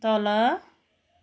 तल